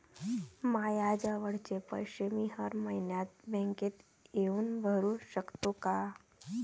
मायाजवळचे पैसे मी हर मइन्यात बँकेत येऊन भरू सकतो का?